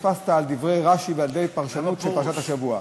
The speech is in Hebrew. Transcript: שנתפסת על דברי רש"י ועל פרשנות של פרשת השבוע.